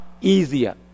easier